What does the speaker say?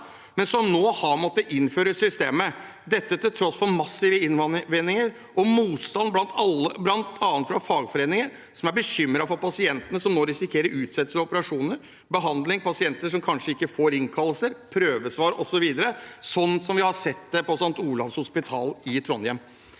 men som nå har måttet innføre systemet. Det er til tross for massive innvendinger og motstand, bl.a. fra fagforeninger, som er bekymret for pasientene som nå risikerer utsettelse av operasjoner og behandling, og for pasienter som kanskje ikke får innkallelser, prøvesvar osv., slik vi har sett på St. Olavs hospital i Trondheim.